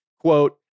quote